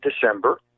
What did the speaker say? December